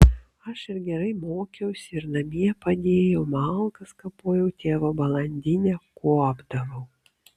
aš ir gerai mokiausi ir namie padėjau malkas kapojau tėvo balandinę kuopdavau